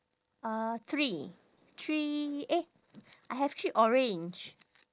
uh three three eh I have three orange